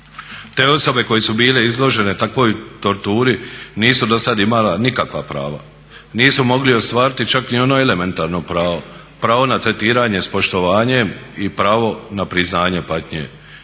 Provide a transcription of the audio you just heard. Te osobe koje su bile izložene takvoj torturi nisu dosad imala nikakva prava, nisu mogli ostvariti čak ni ono elementarno pravo pravo na tretiranje s poštovanjem i pravo na priznanje patnje.